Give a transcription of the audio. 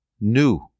new